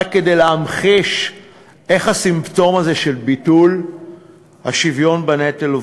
רק כדי להמחיש איך הסימפטום הזה של ביטול השוויון בנטל עובד,